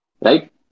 Right